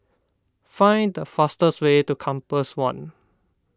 find the fastest way to Compass one